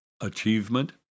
Achievement